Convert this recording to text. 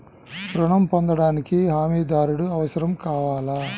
ఋణం పొందటానికి హమీదారుడు అవసరం కావాలా?